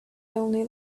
only